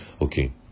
Okay